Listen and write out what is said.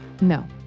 No